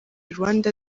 rwanda